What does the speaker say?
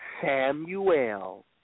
Samuel